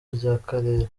ry’akarere